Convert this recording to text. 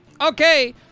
Okay